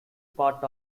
part